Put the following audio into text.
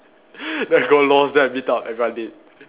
then I got lost then I meet up everyone late